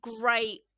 great